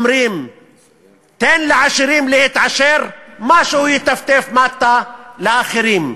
תן לעשירים להתעשר, משהו יטפטף מטה לאחרים.